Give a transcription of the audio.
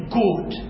good